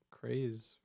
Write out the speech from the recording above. craze